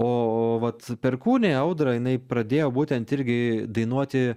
o vat perkūnė audra jinai pradėjo būtent irgi dainuoti